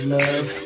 love